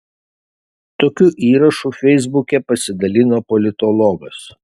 tokiu įrašu feisbuke pasidalino politologas